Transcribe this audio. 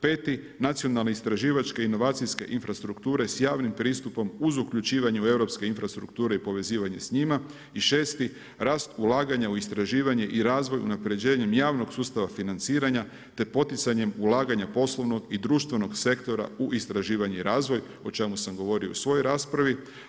5. nacionalne istraživačke inovacijske infrastrukture sa javnim pristupom uz uključivanje u europske infrastrukture i povezivanje s njima, 6. rast ulaganja u istraživanje i razvoj, unapređenjem javnog sustava financiranja te poticanjem ulaganja poslovnog i društvenog sektora u istraživanje i razvoj o čemu sam govorio i u svojoj raspravi.